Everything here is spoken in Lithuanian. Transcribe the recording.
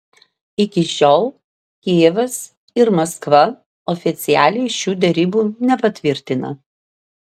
iki šiol kijevas ir maskva oficialiai šių derybų nepatvirtina